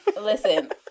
Listen